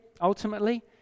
ultimately